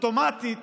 אוטומטית